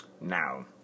now